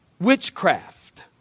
witchcraft